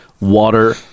Water